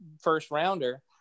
first-rounder